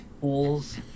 pools